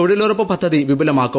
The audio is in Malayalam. തൊഴിലു്റപ്പു പദ്ധതി വിപുലമാക്കും